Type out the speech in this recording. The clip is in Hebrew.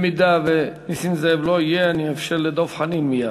אם נסים זאב לא יהיה, אאפשר לדב חנין מייד.